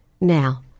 now